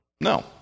No